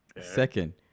Second